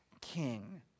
king